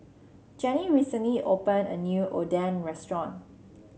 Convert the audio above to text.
Jenni recently opened a new Oden Restaurant